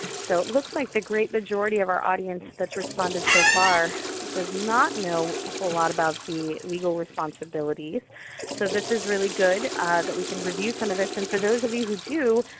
so it looks like the great majority of our audience that's responded so far does not know a whole lot about the legal responsibilities so this is really good that we can review some of this. and for those of you who do,